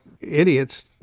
idiots